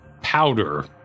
powder